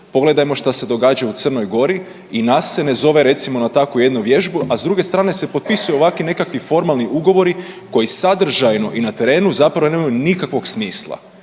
Pogledajmo što se događa u Crnoj Gori i nas se ne zove recimo na takvu jednu vježbu, a s druge strane se potpisuje ovakvi nekakvi formalni ugovori koji sadržajno i na terenu zapravo nemaju nikakvog smisla.